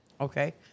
Okay